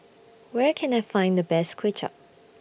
Where Can I Find The Best Kway Chap